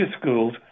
schools